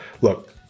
look